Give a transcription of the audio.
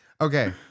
okay